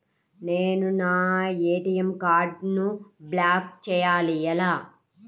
నేను నా ఏ.టీ.ఎం కార్డ్ను బ్లాక్ చేయాలి ఎలా?